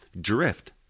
drift